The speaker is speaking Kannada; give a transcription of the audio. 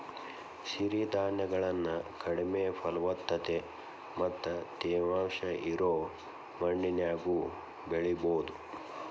ಸಿರಿಧಾನ್ಯಗಳನ್ನ ಕಡಿಮೆ ಫಲವತ್ತತೆ ಮತ್ತ ತೇವಾಂಶ ಇರೋ ಮಣ್ಣಿನ್ಯಾಗು ಬೆಳಿಬೊದು